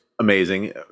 amazing